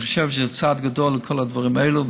אני חושב שזה צעד גדול, כל הדברים האלה.